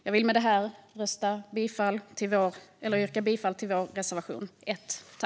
Jag vill med detta yrka bifall till vår reservation 1.